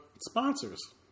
Sponsors